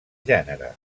gènere